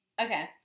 Okay